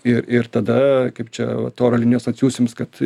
ir ir tada kaip čia vat oro linijos atsiųs jums kad